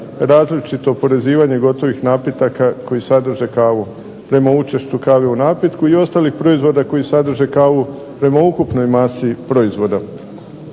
različito oporezivanje gotovih napitaka koji sadrže kavu prema učešću kave u napitku i ostalih proizvoda koji sadrže kavu prema ukupnoj masi proizvoda.